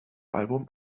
album